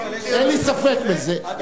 אין לי ספק בזה.